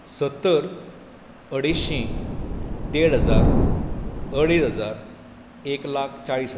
सत्तर अड्डेशी देड हजार अडेज हजार एक लाख चाळीस हजार